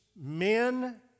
men